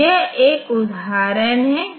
तो यह R13 है